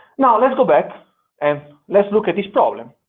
now let's go back and let's look at this problem.